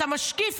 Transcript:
אתה משקיף,